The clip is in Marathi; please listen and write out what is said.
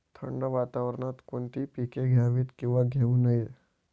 थंड वातावरणात कोणती पिके घ्यावीत? किंवा घेऊ नयेत?